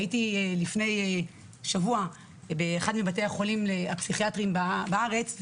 הייתי לפני שבוע באחד מבתי החולים הפסיכיאטריים בארץ.